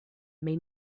may